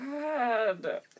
god